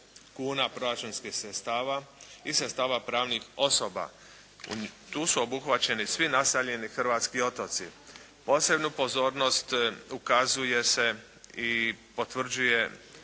kuna proračunskih sredstava i sredstava pravnih osoba. Tu su obuhvaćeni svi naseljeni hrvatski otoci. Posebnu pozornost ukazuje se i potvrđuje